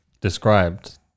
described